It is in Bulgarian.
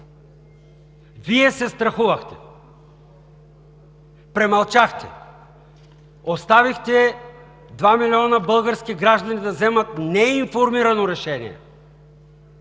Вие се страхувахте! Премълчахте! Оставихте два милиона български граждани да вземат неинформирано решение.